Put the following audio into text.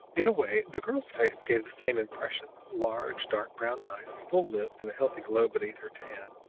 in a way, the girl's face gave the same impression. large, dark-brown eyes, full lips and a healthy glow beneath her tan,